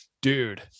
dude